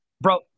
Bro